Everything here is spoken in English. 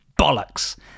Bollocks